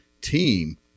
team